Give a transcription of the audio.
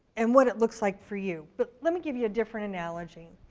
and what it looks like for you. but let me give you a different analogy.